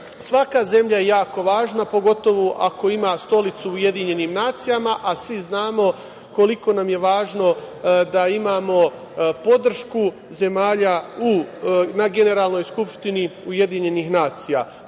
Svaka zemlja je jako važna, pogotovo ako ima stolicu u UN, a svi znamo koliko nam je važno da imamo podršku zemalja na Generalnoj skupštini UN. Afričke